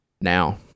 Now